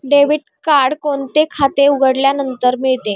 Debit card कोणते खाते उघडल्यानंतर मिळते?